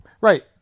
Right